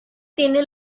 tiene